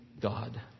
God